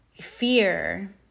fear